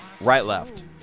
right-left